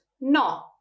No